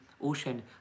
ocean